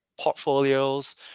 portfolios